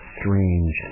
strange